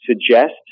suggest